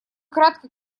кратко